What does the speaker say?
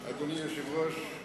אדוני היושב-ראש,